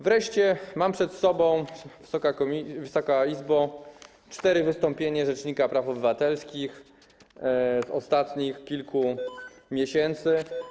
Wreszcie mam przed sobą, Wysoka Izbo, cztery wystąpienia rzecznika praw obywatelskich z ostatnich kilku miesięcy.